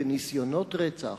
בניסיונות רצח,